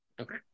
Okay